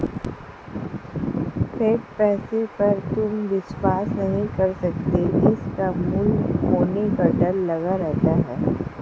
fiat पैसे पर तुम विश्वास नहीं कर सकते इसका मूल्य खोने का डर लगा रहता है